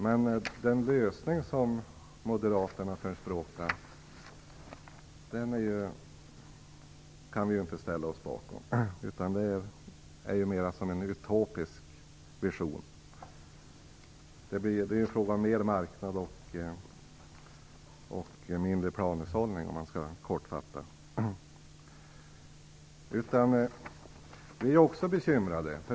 Men den lösning som Moderaterna förespråkar kan vi inte ställa oss bakom. Deras lösning är mera en utopisk vision. Kortfattat uttryckt är det fråga mera om marknad och mindre om planhushållning. Vi är också bekymrade.